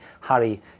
Harry